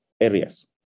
areas